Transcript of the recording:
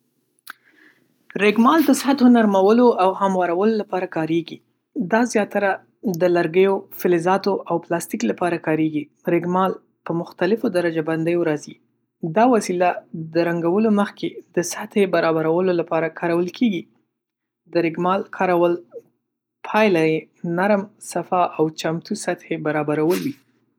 رېګمال د سطحو نرمولو او هموارولو لپاره کارېږي. دا زیاتره د لرګیو، فلزاتو او پلاستيک لپاره کارېږي. رېګمال په مختلفو درجه بندیو راځي. دا وسیله د رنګولو مخکې د سطحې برابرولو لپاره کارول کېږي. د رېګمال کارول پایله نرم، صفا او چمتو سطحی برابرول وي.